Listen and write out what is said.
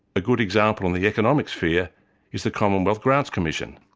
a good example in the economic sphere is the commonwealth grants commission,